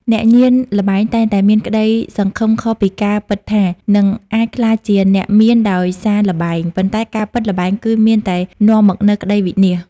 អ្នកញៀនល្បែងតែងតែមានក្តីសង្ឃឹមខុសពីការពិតថា នឹងអាចក្លាយជាអ្នកមានដោយសារល្បែង ប៉ុន្តែការពិតល្បែងគឺមានតែនាំមកនូវក្តីវិនាស។